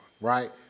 Right